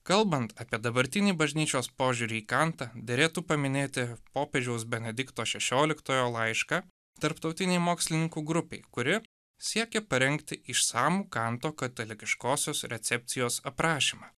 kalbant apie dabartinį bažnyčios požiūrį į kantą derėtų paminėti popiežiaus benedikto šešioliktojo laišką tarptautinei mokslininkų grupei kuri siekia parengti išsamų kanto katalikiškosios recepcijos aprašymą